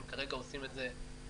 הם כרגע עושים את זה בהתנדבות.